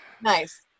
Nice